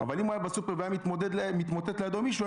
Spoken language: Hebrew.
אבל אם הוא היה בסופר והיה מתמוטט לידו מישהו,